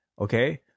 Okay